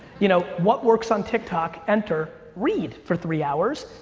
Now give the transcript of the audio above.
you know what works on tiktok, enter, read for three hours,